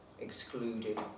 excluded